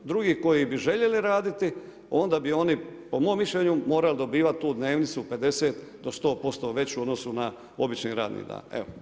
Drugi koji bi željeli raditi, onda bi oni, po mom mišljenju, morali dobivati tu dnevnicu, 50 do 100% veći u odnosu na običan radni dan.